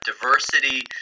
diversity